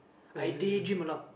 I daydream a lot